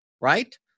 right